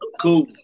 cool